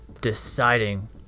deciding